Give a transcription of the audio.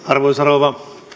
arvoisa rouva